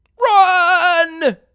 Run